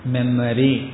Memory